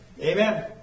Amen